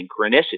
synchronicity